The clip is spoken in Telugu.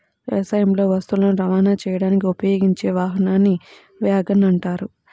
వ్యవసాయంలో వస్తువులను రవాణా చేయడానికి ఉపయోగించే వాహనాన్ని వ్యాగన్ అంటారు